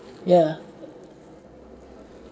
ya